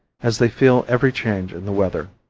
as they feel every change in the weather.